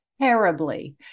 terribly